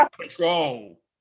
control